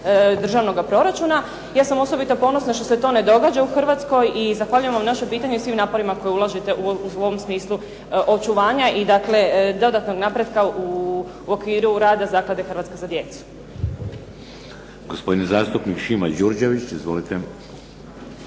državnoga proračuna. Ja sam osobito ponosna što se to ne događa u Hrvatskoj, i zahvaljujem vam …/Govornica se ne razumije./… i svim naporima koje ulažete u ovom smislu očuvanja i dakle dodatnog napretka u okviru rada zaklade Hrvatska za djecu.